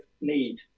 need